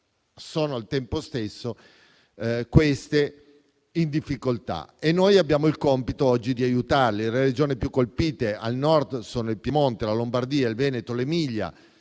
sono esse stesse, al contempo, in difficoltà e noi abbiamo il compito oggi di aiutarle. Le Regioni più colpite al Nord sono il Piemonte, la Lombardia, il Veneto, l'Emilia.